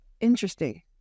Interesting